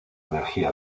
energía